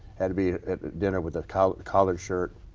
had to be at dinner with ah collared collared shirt.